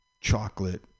chocolate